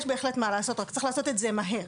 יש בהחלט מה לעשות, רק צריך לעשות את זה מהר.